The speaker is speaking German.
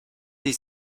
die